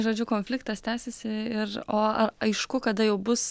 žodžiu konfliktas tęsiasi ir o ar aišku kada jau bus